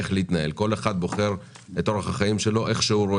כל אחד בוחר את אורח החיים שלו איך שהוא רואה